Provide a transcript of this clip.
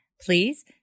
Please